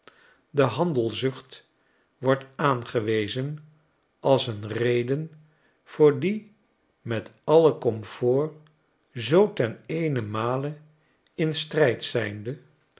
de handelzucht wordt aangewezen als een reden voor die met alle comfort zoo ten eenenmale in strijd zijnde